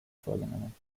vorgenommen